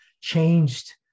changed